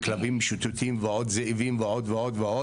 כלבים משוטטים זאבים ועוד ועוד,